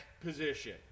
position